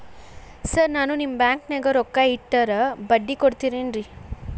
Sir ನಾನು ನಿಮ್ಮ ಬ್ಯಾಂಕನಾಗ ರೊಕ್ಕ ಇಟ್ಟರ ಬಡ್ಡಿ ಕೊಡತೇರೇನ್ರಿ?